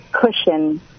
cushion